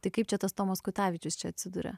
tai kaip čia tas tomas kutavičius čia atsiduria